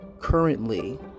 currently